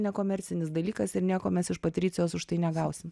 nekomercinis dalykas ir nieko mes iš patricijos už tai negausim